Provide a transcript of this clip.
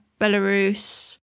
Belarus